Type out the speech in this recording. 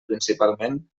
principalment